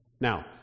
Now